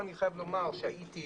אני חייב לומר שהייתי